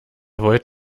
wollt